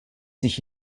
sich